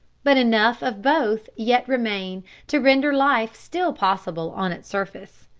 but enough of both yet remain to render life still possible on its surface.